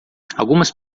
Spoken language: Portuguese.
algumas